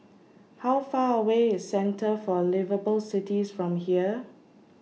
How Far away IS Centre For Liveable Cities from here